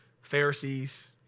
Pharisees